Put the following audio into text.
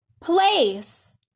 place